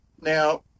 Now